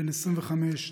בן 25,